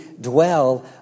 dwell